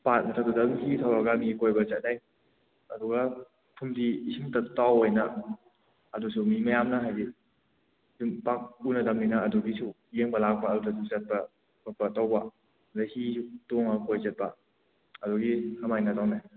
ꯄꯥꯠ ꯃꯊꯥꯛꯇꯨꯗ ꯑꯗꯨꯝ ꯍꯤ ꯊꯧꯔꯒ ꯃꯤ ꯀꯣꯏꯕ ꯆꯠꯅꯩ ꯑꯗꯨꯒ ꯐꯨꯝꯗꯤ ꯏꯁꯤꯡ ꯃꯊꯛꯇ ꯇꯥꯎꯋꯦꯅ ꯑꯗꯨꯁꯨ ꯃꯤ ꯃꯌꯥꯝꯅ ꯍꯥꯏꯗꯤ ꯑꯗꯨꯝ ꯁꯨꯝ ꯄꯥꯛ ꯎꯅꯗꯕꯅꯤꯅ ꯑꯗꯨꯒꯤꯁꯨ ꯌꯦꯡꯕ ꯂꯥꯛꯄ ꯑꯗꯁꯨ ꯆꯠꯄ ꯈꯣꯠꯄ ꯇꯧꯕ ꯑꯗꯒꯤ ꯍꯤꯁꯨ ꯊꯣꯡꯉꯒ ꯀꯣꯏꯕ ꯆꯠꯄ ꯑꯗꯨꯒꯤ ꯑꯃꯥꯏꯅ ꯇꯧꯅꯩ